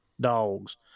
dogs